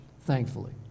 thankfully